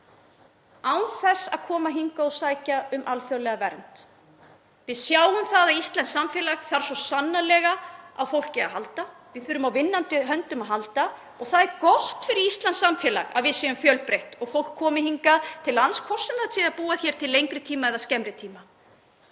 án þess að koma hingað og sækja um alþjóðlega vernd. Við sjáum að íslenskt samfélag þarf svo sannarlega á fólki að halda. Við þurfum á vinnandi höndum að halda og það er gott fyrir íslenskt samfélag að við séum fjölbreytt og fólk komi hingað til lands, hvort sem það býr hér til lengri eða skemmri tíma.